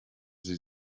sie